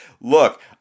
Look